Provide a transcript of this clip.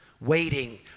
waiting